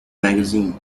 magazine